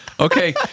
Okay